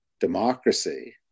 democracy